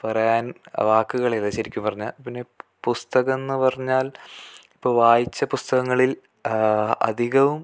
പറയാൻ വാക്കുകളില്ല ശരിക്കും പറഞ്ഞാൽ പിന്നെ പുസ്തകമെന്നു പറഞ്ഞാൽ ഇപ്പോൾ വായിച്ച പുസ്തകങ്ങളിൽ അധികവും